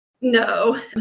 No